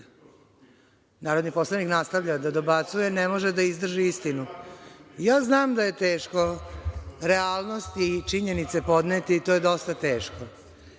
sudija.)Narodni poslanik nastavlja da dobacuje, ne može da izdrži istinu. Znam da je teško realnost i činjenice podneti, to je dosta teško.